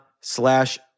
slash